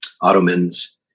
Ottomans